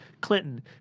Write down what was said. Clinton